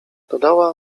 dodała